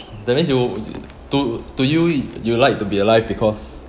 that means you to to you you like to be alive because